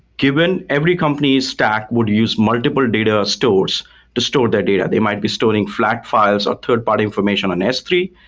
given every company's stack, would use multiple data stores to store their data. they might be storing flac files, or third-party information on s three,